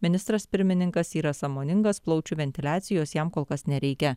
ministras pirmininkas yra sąmoningas plaučių ventiliacijos jam kol kas nereikia